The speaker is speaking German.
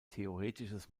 theoretisches